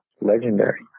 legendary